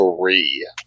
three